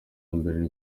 mbere